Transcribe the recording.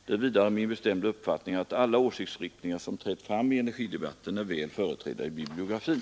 Det är vidare min bestämda uppfattning att alla åsiktsriktningar som trätt fram i energidebatten är väl företrädda i bibliografin.